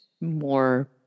more